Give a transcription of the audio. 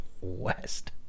West